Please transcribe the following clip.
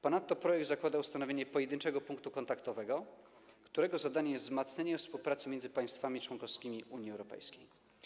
Ponadto projekt zakłada ustanowienie pojedynczego punktu kontaktowego, którego zadaniem jest wzmacnianie współpracy między państwami członkowskimi Unii Europejskiej.